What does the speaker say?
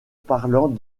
parlant